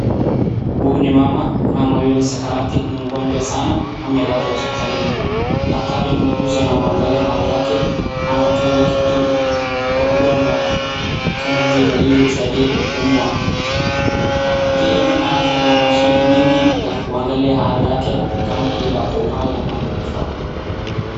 Huyu ni mama, mama huyu ni sarakati ; ni mgonjwa sana, amelazwa hosipitalini. Daktari muuguzi anamwangalia hali yake, anamfunga kitu kwa mdomo yake kama vile ili isaidie kupumua. Pia nyuma yake kuna mashine mingi ya kuangalia hali yake kama vile ako uhai ama amekufa.